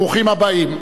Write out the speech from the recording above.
ברוכים הבאים.